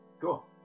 cool